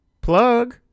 plug